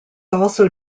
also